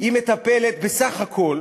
היא מטפלת בסך הכול